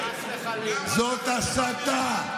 איזה גזע אתה?